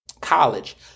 college